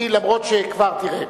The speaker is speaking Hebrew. תראה,